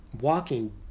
walking